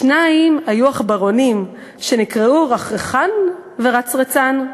שניים היו עכברונים שנקראו רחרחן ורצרצן,